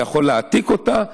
אתה יכול להעתיק אותה.